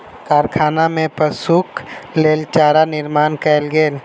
कारखाना में पशुक लेल चारा निर्माण कयल गेल